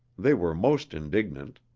they were most indignant.